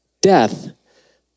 death